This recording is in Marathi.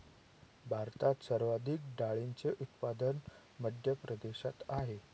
भारतात सर्वाधिक डाळींचे उत्पादन मध्य प्रदेशात आहेत